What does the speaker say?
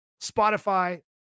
Spotify